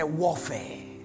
warfare